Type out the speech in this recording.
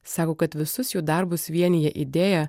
sako kad visus jų darbus vienija idėja